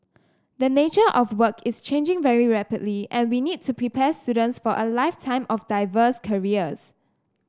the nature of work is changing very rapidly and we need to prepare students for a lifetime of diverse careers